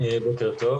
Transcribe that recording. זה גם בשבילכם,